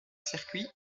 circuits